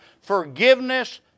forgiveness